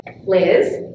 Liz